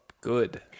good